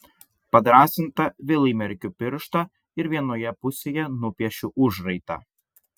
padrąsinta vėl įmerkiu pirštą ir vienoje pusėje nupiešiu užraitą